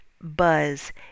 buzz